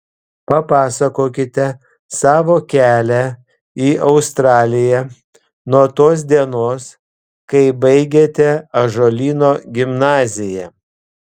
papasakokite savo kelią į australiją nuo tos dienos kai baigėte ąžuolyno gimnaziją